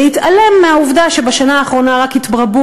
בהתעלם מהעובדה שבשנה האחרונה רק התרבו